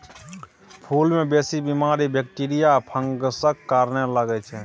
फुल मे बेसी बीमारी बैक्टीरिया या फंगसक कारणेँ लगै छै